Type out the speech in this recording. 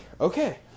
okay